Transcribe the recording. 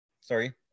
Sorry